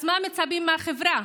אז מה מצפים מהחברה?